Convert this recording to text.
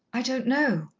i don't know,